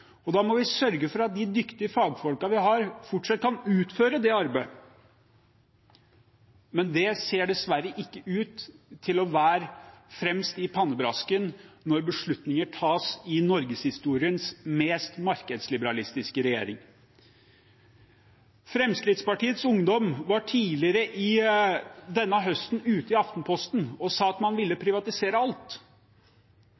og da må vi sørge for at de dyktige fagfolkene vi har, fortsatt kan utføre det arbeidet. Men det ser dessverre ikke ut til å være fremst i pannebrasken når beslutninger tas i norgeshistoriens mest markedsliberalistiske regjering. Fremskrittspartiets Ungdom var tidligere denne høsten ute i Aftenposten og sa at man ville